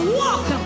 walk